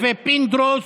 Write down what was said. ופינדרוס,